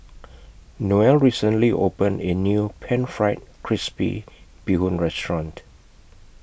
Noel recently opened A New Pan Fried Crispy Bee Hoon Restaurant